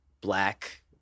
Black